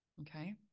okay